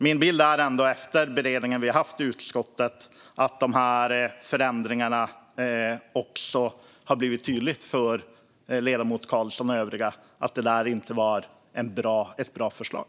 Min bild efter den beredning som vi har haft i utskottet är ändå att det har blivit tydligt för ledamoten Carlson och övriga att de förändringarna inte var ett bra förslag.